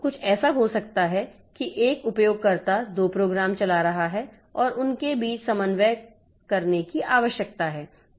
तो कुछ ऐसा हो सकता है कि एक उपयोगकर्ता दो प्रोग्राम चला रहा है और उनके बीच समन्वय करने की आवश्यकता है